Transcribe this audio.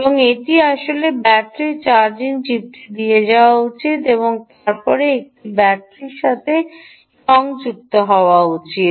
এবং এটির আসলে ব্যাটারি চার্জিং চিপটি দিয়ে যাওয়া উচিত এবং তারপরে এটি ব্যাটারির সাথে সংযুক্ত হওয়া উচিত